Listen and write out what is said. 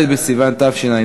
ביום שני, ד' בסיוון תשע"ד,